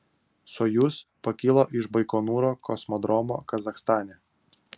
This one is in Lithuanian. sojuz pakilo iš baikonūro kosmodromo kazachstane